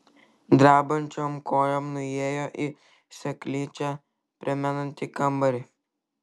drebančiom kojom nuėjo į seklyčią primenantį kambarį